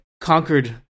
conquered